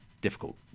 difficult